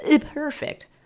Perfect